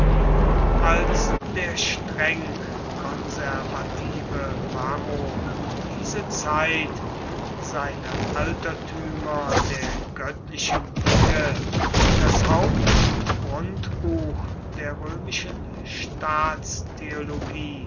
als der streng konservative varro um diese zeit seine altertümer der göttlichen dinge das haupt und grundbuch der römischen